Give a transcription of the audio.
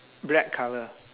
black colour